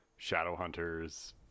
Shadowhunters